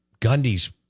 Gundy's